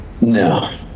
no